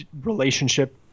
relationship